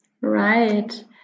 Right